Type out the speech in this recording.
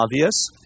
obvious